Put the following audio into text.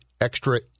extra